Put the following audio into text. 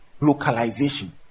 localization